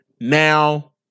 now